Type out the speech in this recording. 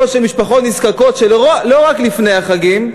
של משפחות נזקקות שלא רק לפני החגים,